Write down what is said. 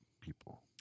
people